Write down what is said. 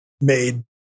made